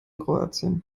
kroatien